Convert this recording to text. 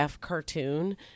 cartoon